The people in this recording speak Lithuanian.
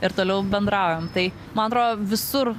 ir toliau bendraujam tai man atro visur